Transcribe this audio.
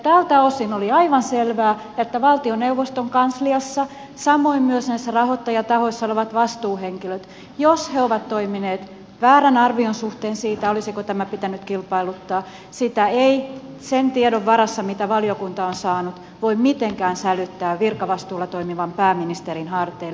tältä osin oli aivan selvää että jos valtioneuvoston kansliassa samoin myös näissä rahoittajatahoissa olevat vastuuhenkilöt ovat toimineet väärän arvion suhteen siitä olisiko tämä pitänyt kilpailuttaa niin sitä ei sen tiedon varassa mitä valiokunta on saanut voi mitenkään sälyttää virkavastuulla toimivan pääministerin harteille